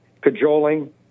cajoling